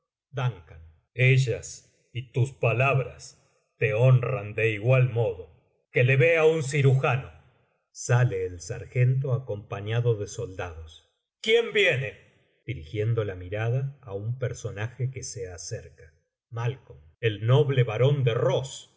dun ellas y tus palabras te honran de igual modo que le vea un cirujano saie ei sargento acompañado de soldados v uien viene dirigiendo la mirada á un personaje que se acerca malo el noble barón de ross